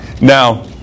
Now